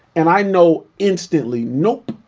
and i know instantly nope,